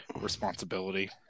responsibility